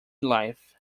life